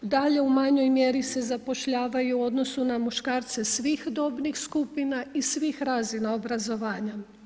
Dalje, u manjoj mjeri se zapošljavaju u odnosu na muškarce svih dobnih skupina i svih razina obrazovanja.